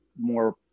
More